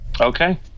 Okay